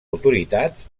autoritats